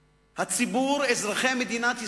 לפחות, אזרחי מדינת ישראל,